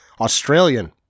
australian